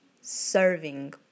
serving